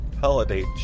holiday